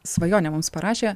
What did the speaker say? svajonė mums parašė